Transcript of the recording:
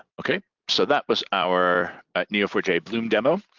okay, so that was our n e o four j bloom demo.